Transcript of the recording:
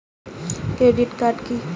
Credit card কি?